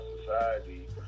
society